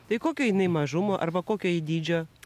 tai kokio jinai mažumo arba kokio ji dydžio